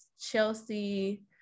chelsea